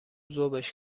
ذوبش